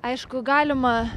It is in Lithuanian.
aišku galima